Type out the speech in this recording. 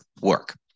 work